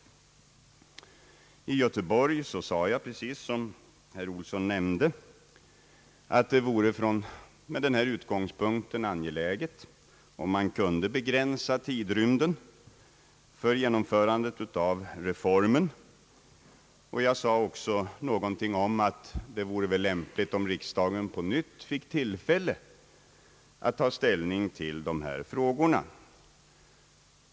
I Göteborg sade jag, precis som herr Olsson anförde, att det med denna utgångspunkt vore angeläget att kunna begränsa tidrymden för genomförandet av reformen. Jag sade också någonting om att det väl vore lämpligt om riksdagen på nytt fick tillfälle att ta ställning till dessa frågor.